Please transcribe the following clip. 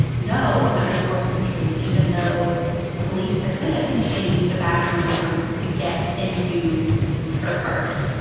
no. under forced entry. even though police admit they used a battering ram to get into her apartment